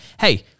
hey-